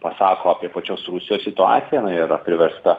pasako apie pačios rusijos situaciją na yra priversta